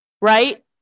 Right